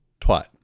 Twat